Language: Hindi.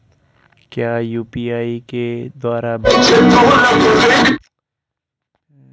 क्या यू.पी.आई के द्वारा बैंक खाते में ट्रैन्ज़ैक्शन हो सकता है?